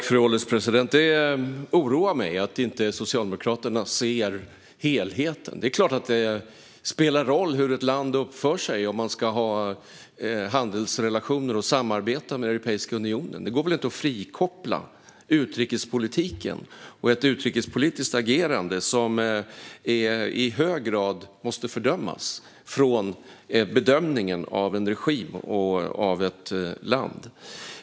Fru ålderspresident! Det oroar mig att Socialdemokraterna inte ser helheten. Det är klart att det spelar roll hur ett land uppför sig om det ska ha handelsrelationer och samarbeta med Europeiska unionen. Det går inte att frikoppla utrikespolitiken och ett utrikespolitiskt agerande som i hög grad måste fördömas från bedömningen av en regim och ett land.